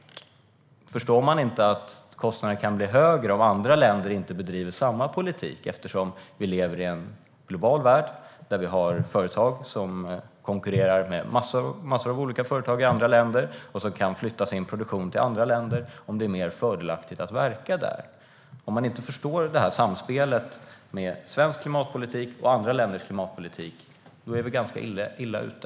Förstår man inte att kostnaden kan bli högre om inte alla länder bedriver samma politik? Vi lever i en global värld och har företag som konkurrerar med massor av olika företag i andra länder och kan flytta sin produktion till andra länder om det är mer fördelaktigt att verka där. Om man inte förstår det här samspelet mellan svensk klimatpolitik och andra länders klimatpolitik är vi ganska illa ute.